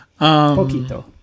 Poquito